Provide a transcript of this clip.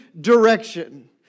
direction